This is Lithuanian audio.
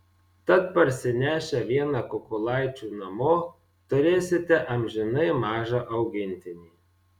tad parsinešę vieną kukulaičių namo turėsite amžinai mažą augintinį